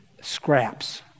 scraps